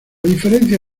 diferencia